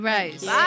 Rose